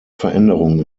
veränderung